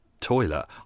toilet